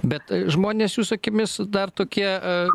bet žmonės jūsų akimis dar tokie